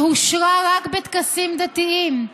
שהושרה רק בטקסים דתיים,